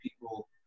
people